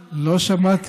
כי לא שמעתי